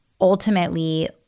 ultimately